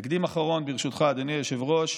תקדים האחרון להיום, ברשותך, אדוני היושב-ראש,